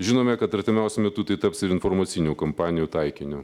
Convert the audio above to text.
žinome kad artimiausiu metu tai taps ir informacinių kampanijų taikiniu